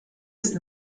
ist